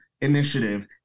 initiative